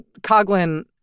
Coughlin